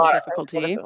difficulty